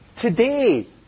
Today